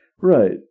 Right